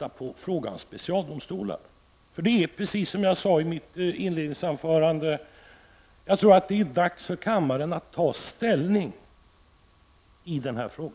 över frågan om specialdomstolar. Som jag sade i mitt inledningsanförande tror jag att det är dags för kammaren att ta ställning i denna fråga.